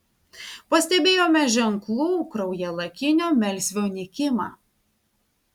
pastebėjome ženklų kraujalakinio melsvio nykimą